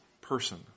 person